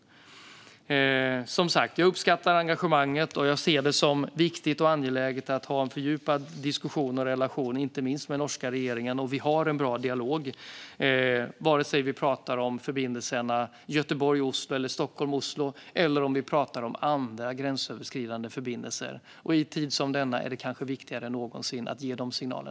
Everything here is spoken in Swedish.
Jag uppskattar, som sagt, engagemanget, och jag ser det som viktigt och angeläget att ha en fördjupad diskussion och relation, inte minst med den norska regeringen. Och vi har en bra dialog, oavsett om vi pratar om förbindelserna Göteborg-Oslo eller Stockholm-Oslo eller om vi pratar om andra gränsöverskridande förbindelser. I en tid som denna är det kanske viktigare än någonsin att ge dessa signaler.